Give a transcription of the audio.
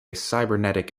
cybernetic